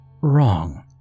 wrong